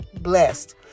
blessed